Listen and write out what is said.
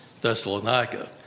Thessalonica